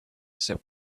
said